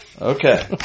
Okay